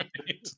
right